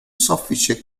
soffice